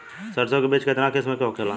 सरसो के बिज कितना किस्म के होखे ला?